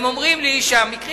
הם אומרים לי: המקרים